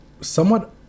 somewhat